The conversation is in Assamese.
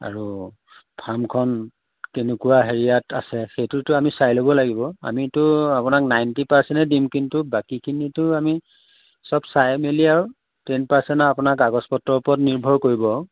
আৰু ফাৰ্মখন কেনেকুৱা হেৰিয়াত আছে সেইটোতো আমি চাই ল'ব লাগিব আমিটো আপোনাক নাইনটি পাৰ্চেণ্টে দিম কিন্তু বাকীখিনিটো আমি চব চাই মেলি আৰু টেন পাৰ্চেণ্ট আৰু আপোনাৰ কাগজ পত্ৰৰ ওপৰত নিৰ্ভৰ কৰিব আৰু